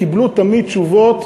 קיבלו תמיד תשובות